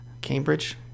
Cambridge